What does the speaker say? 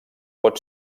pot